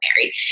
married